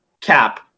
cap